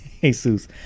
Jesus